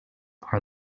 are